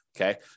Okay